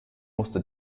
musste